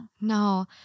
no